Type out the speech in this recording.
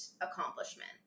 accomplishment